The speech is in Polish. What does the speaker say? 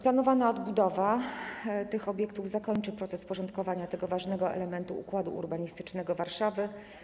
Planowana odbudowa tych obiektów zakończy proces porządkowania tego ważnego elementu układu urbanistycznego Warszawy.